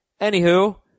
Anywho